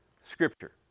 Scripture